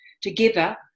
together